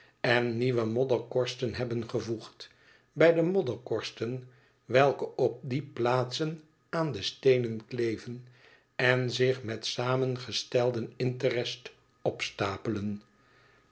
en nieuwe modderkorsten hebben gevoegd bij de modderkorsten welke op die plaatsen aan de steenen kleven en zich met samengestelden interest opstapelen